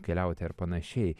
keliauti ar panašiai